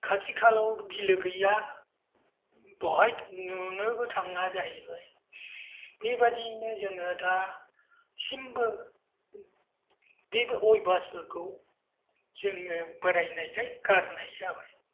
खाथि खालायाव बिलो गैया बेहाय नुनोबो थाङा जाहैबाय बेबादियैनो जोङो दासिमबो बेबो अयभासफोरखौ जोङो बोरायनायखाय गारनाय जाबाय